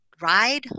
Ride